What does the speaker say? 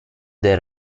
del